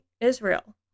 israel